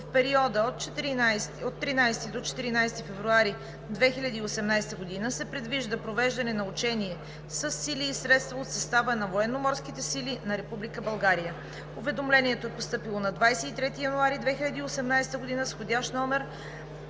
В периода от 13 до 14 февруари 2018 г. се предвижда провеждане на учение със сили и средства от състава на Военноморските сили на Република България.“ Уведомлението е постъпило на 23 януари 2018 г. с вх. №